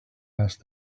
asked